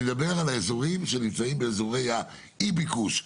אני מדבר על האזורים שנמצאים באזורי האי ביקוש,